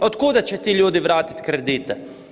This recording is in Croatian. Od kuda će ti ljudi vratiti kredite?